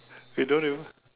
you don't even